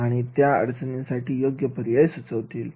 आणि त्या अडचणींसाठी योग्य पर्याय सुचवतील